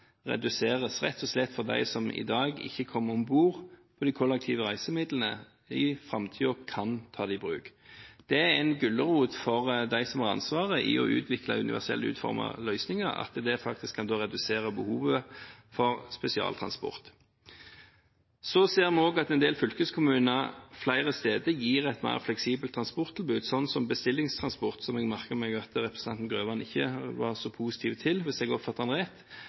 reduseres, rett og slett fordi de som i dag ikke kommer om bord på de kollektive reisemidlene, i framtiden kan ta dem i bruk. Det er en gulrot for dem som har ansvaret for å utvikle universelt utformede løsninger, at det faktisk kan redusere behovet for spesialtransport. Så ser vi også at en del fylkeskommuner flere steder gir et mer fleksibelt transporttilbud, slik som bestillingstransport, som jeg merket meg at representanten Grøvan ikke var så positiv til, hvis jeg oppfattet ham rett,